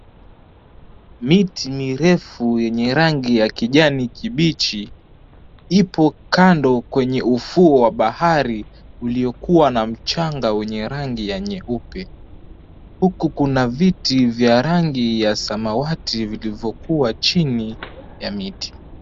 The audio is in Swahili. Miti mirefu yenye rangi ya kijani kibichi ipo kando kwenye ufuo wa bahari uliokua na mchanga wenye rangi ya nyeupe, huku kuna viti vya rangi ya samawati vilivyokua chini ya miti.